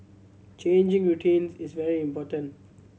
changing routines is very important